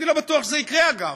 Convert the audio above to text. אני לא בטוח שזה יקרה, אגב,